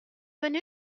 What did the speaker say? venu